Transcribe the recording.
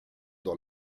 dans